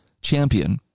champion